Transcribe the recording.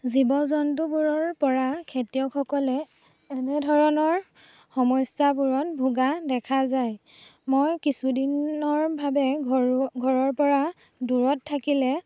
জীৱ জন্তুবোৰৰ পৰা খেতিয়কসকলে এনেধৰণৰ সমস্যাবোৰত ভোগা দেখা যায় মই কিছুদিনৰ বাবে ঘৰু ঘৰৰ পৰা দূৰত থাকিলে